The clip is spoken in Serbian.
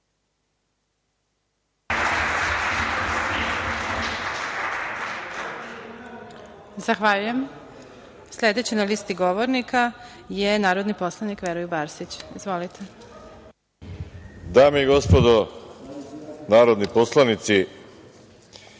Zahvaljujem. Sledeći na listi govornika je narodni poslanik, Veroljub Arsić. Izvolite.